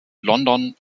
london